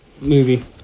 movie